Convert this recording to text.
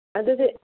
ꯑꯗꯨꯗꯤ